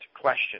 question